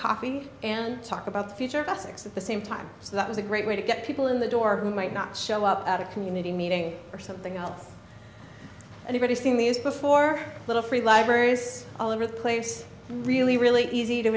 coffee and talk about the future prospects at the same time so that was a great way to get people in the door who might not show up at a community meeting or something else anybody seeing these before little free libraries all over the place really really easy to